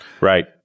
Right